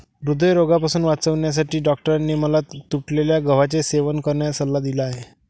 हृदयरोगापासून वाचण्यासाठी डॉक्टरांनी मला तुटलेल्या गव्हाचे सेवन करण्याचा सल्ला दिला आहे